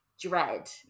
dread